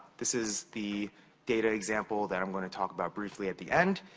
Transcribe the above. this is the data example that i'm gonna talk about briefly at the end.